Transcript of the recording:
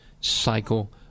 cycle